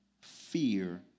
fear